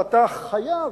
ואתה חייב,